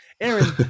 Aaron